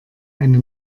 eine